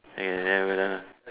okay then we are done lah